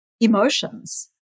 emotions